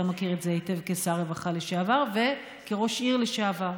אתה מכיר את זה היטב כשר רווחה לשעבר וכראש עיר לשעבר.